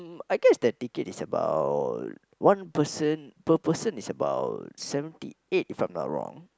I guess that ticket is about one person per person is about seventy eight if I'm not wrong